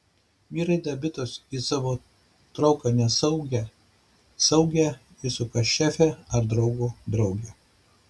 vyrai dabitos į savo trauką nesaugią saugią įsuka šefę ar draugo draugę